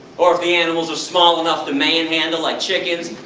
or if the animals are small enough to man handle, like chickens,